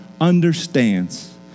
understands